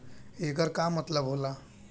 येकर का मतलब होला?